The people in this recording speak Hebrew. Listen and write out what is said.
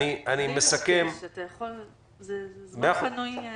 אני מסכם את